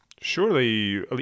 Surely